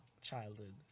childhood